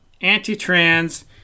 anti-trans